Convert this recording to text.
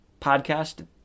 podcast